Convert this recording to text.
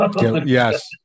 yes